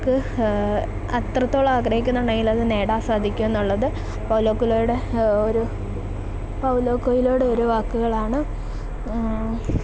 നമുക്ക് അത്രത്തോളം ആഗ്രഹിക്കുന്നുണ്ടെങ്കിലത് നേടാൻ സാധിക്കുമെന്നുള്ളത് പൗലോ കൊയ്ലോയുടെ ഒരു പൗലോ കൊയ്ലോയുടെയൊരു വാക്കുകളാണ്